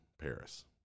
Paris